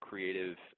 Creative